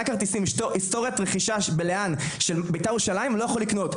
כרטיסים היסטוריית רכישה ב-לאן של בית"ר ירושלים לא יכול לקנות,